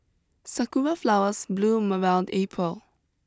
sakura flowers bloom around April